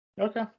okay